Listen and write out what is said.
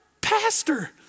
pastor